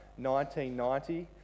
1990